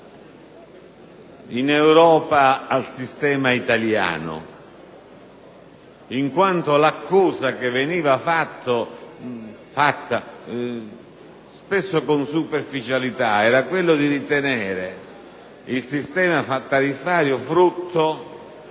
in Europa al sistema italiano. Infatti, l'accusa che veniva fatta al nostro Paese, spesso con superficialità, era quella di ritenere il sistema tariffario frutto